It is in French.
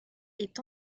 est